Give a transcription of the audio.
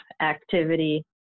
activity